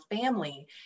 family